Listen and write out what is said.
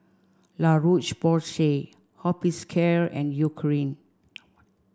La Roche Porsay Hospicare and Eucerin